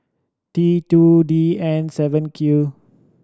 T two D N seven Q